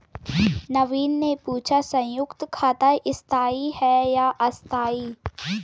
नवीन ने पूछा संयुक्त खाता स्थाई है या अस्थाई